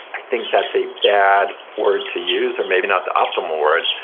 i think that's a bad word to use, or maybe not the optimal word,